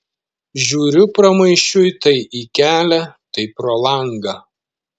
žiūriu pramaišiui tai į kelią tai pro langą